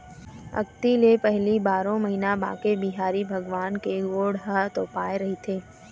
अक्ती ले पहिली बारो महिना बांके बिहारी भगवान के गोड़ ह तोपाए रहिथे